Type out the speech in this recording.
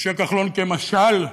משה כחלון כמשל.